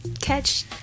catch